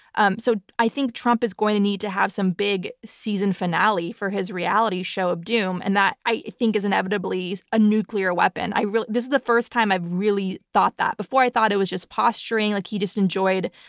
um so i think trump is going to need to have some big season finale for his reality show of doom and that, i think, is inevitably a nuclear weapon. this is the first time i've really thought that. before i thought it was just posturing like he just enjoyed,